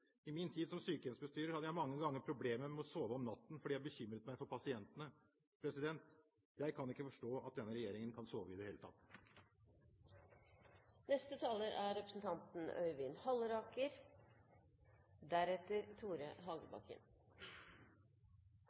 I min tid som sykehjemsbestyrer hadde jeg mange ganger problemer med å sove om natten fordi jeg bekymret meg for pasientene. Jeg kan ikke forstå at denne regjeringen kan sove i det hele